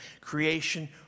Creation